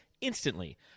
instantly